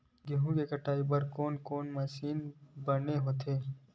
गेहूं के कटाई बर कोन कोन से मशीन बने होथे?